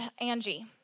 Angie